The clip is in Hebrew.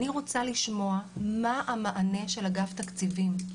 אני רוצה לשמוע מה המענה של אגף תקציבים.